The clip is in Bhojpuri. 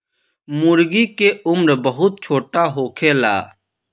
मूर्गी के उम्र बहुत छोट होखेला